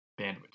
bandwidth